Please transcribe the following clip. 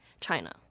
China